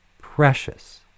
precious